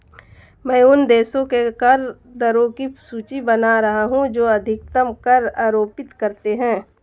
मैं उन देशों के कर दरों की सूची बना रहा हूं जो अधिकतम कर आरोपित करते हैं